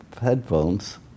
headphones